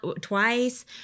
twice